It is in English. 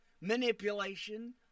manipulation